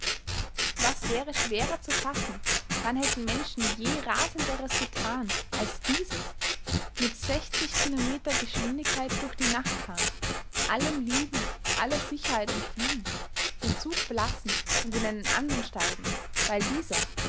was wäre schwerer zu fassen wann hätten menschen je rasenderes getan als dieses mit kilometer geschwindigkeit durch die nacht fahren allem lieben aller sicherheit entfliehen den zug verlassen und in einen andern steigen weil dieser